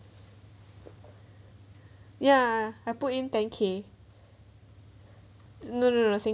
ya I put in ten K no no no something